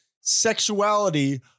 sexuality